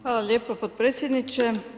Hvala lijepo potpredsjedniče.